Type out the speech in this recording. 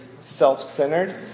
self-centered